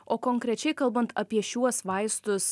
o konkrečiai kalbant apie šiuos vaistus